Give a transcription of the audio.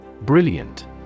Brilliant